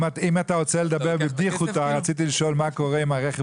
רוצה לדבר בבדיחותא רציתי לשאול מה קורה עם הרכב,